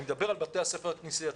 אני מדבר על בתי הספר הכנסייתים.